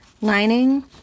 lining